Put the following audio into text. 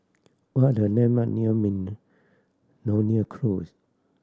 what are the landmark near Miltonia Close